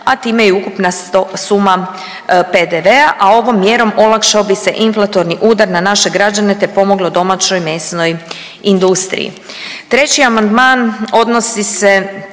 a time i ukupna suma PDV-a, a ovom mjerom olakšao bi se inflatorni udar na naše građane, te pomoglo domaćoj mesnoj industriji. Treći amandman odnosi se,